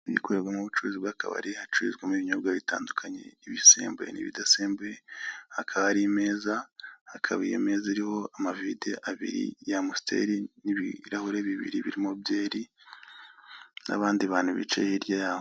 Inzu ikorerwamo ubucuruzi bw'akabari, hacururizwamo ibinyobwa bitandukanye, ibisembuye n'ibidasembuye, hakaba hari imeza, hakaba iyo meza iriho amavide abiri ya amusiteri n'ibirahure bibiri birimo byeri, n'abandi bantu bicaye hirya yaho.